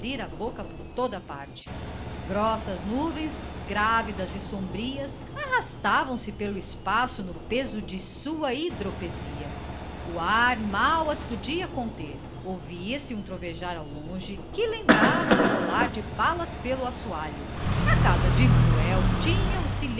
boca por toda parte grossas nuvens grávidas e sombrias arrastavam se pelo espaço no peso da sua hidropisia o ar mal podia contê las ouvia-se um trovejar ao longe que lembrava o rolar de balas de peça por um assoalho a casa de manuel tinha